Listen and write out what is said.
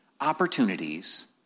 Opportunities